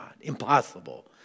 Impossible